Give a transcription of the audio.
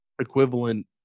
equivalent